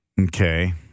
Okay